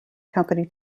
company